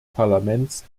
parlaments